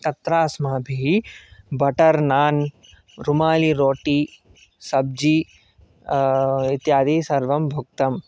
तत्र अस्माभिः बटर् नान् रुमालीरोटी सब्जी इत्यादि सर्वं भुक्तम्